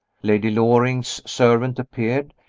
lady loring's servant appeared,